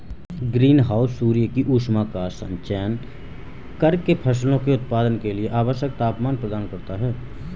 green house सूर्य की ऊष्मा का संचयन करके फसलों के उत्पादन के लिए आवश्यक तापमान प्रदान करता है